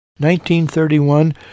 1931